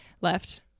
left